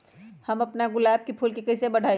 हम अपना गुलाब के फूल के कईसे बढ़ाई?